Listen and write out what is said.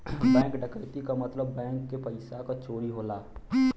bank डकैती क मतलब बैंक के पइसा क चोरी होला